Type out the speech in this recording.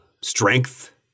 strength